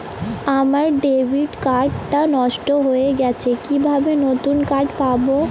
আমার debit card টা নষ্ট হয়ে গেছে কিভাবে নতুন কার্ড পাব?